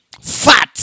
Fat